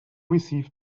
received